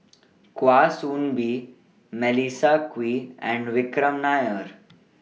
Kwa Soon Bee Melissa Kwee and Vikram Nair